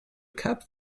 cap